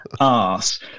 ass